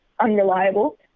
unreliable